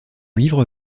livre